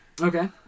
Okay